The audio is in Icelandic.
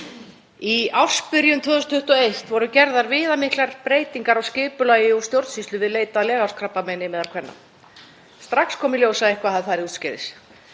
Í ársbyrjun 2021 voru gerðar viðamiklar breytingar á skipulagi og stjórnsýslu við leit að leghálskrabbameini meðal kvenna. Strax kom í ljós að eitthvað hafði farið úrskeiðis.